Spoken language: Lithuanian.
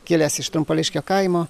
kilęs iš trumpališkių kaimo